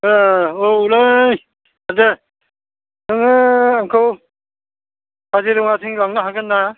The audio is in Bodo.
ओ औ माथो नोङो आंखौ काजिरङाथिं लांनो हागोन ना